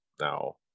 now